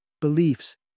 beliefs